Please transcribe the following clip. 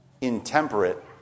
intemperate